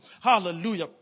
hallelujah